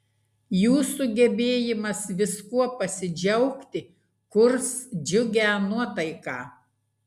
jūsų gebėjimas viskuo pasidžiaugti kurs džiugią nuotaiką